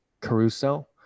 Caruso